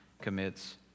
commits